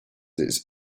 its